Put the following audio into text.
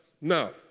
No